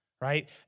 Right